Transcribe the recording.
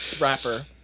rapper